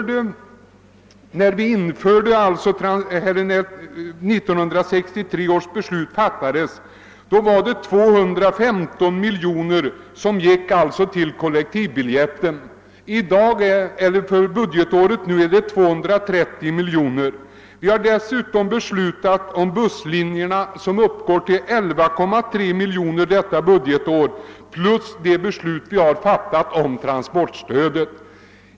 det var 215 miljoner kronor som betalades för den. s.k. kollektivbiljetten när vi fattade 1963 års beslut; för detta budgetår betalar vi 230 miljoner. Dessutom har vi. beslutat om anslag för busslinjer på 11,3 miljoner för detta budgetår, och vi har beslutat införa transportstödet.